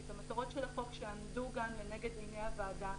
את המטרות של החוק שעמדו גם לנגד עיני הוועדה,